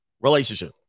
relationship